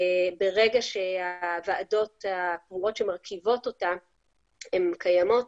ברגע שהוועדות הקבועות שמרכיבות אותה קיימות,